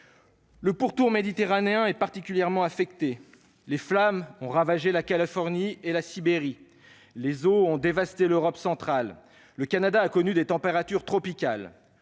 Le pourtour méditerranéen est particulièrement affecté, les flammes ont ravagé la Californie et la Sibérie, les eaux ont dévasté l'Europe centrale, le Canada a connu des températures tropicales.